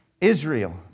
Israel